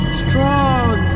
strong